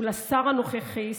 ולשר הנוכחי,